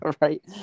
Right